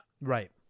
Right